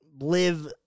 live